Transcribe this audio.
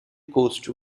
coast